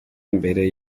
mbere